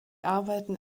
arbeiten